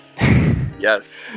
Yes